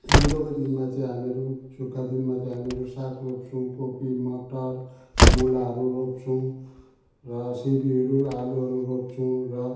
हिउँदको दिनमा चाहिँ हामीहरू सुक्खा दिनमा चाहिँ हामीहरू साग रोप्छौँ कोपी मटर मुलाहरू रोप्छौँ र सिमीहरू आलुहरू रोप्छौँ र